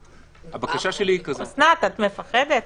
אסנת, את פוחדת?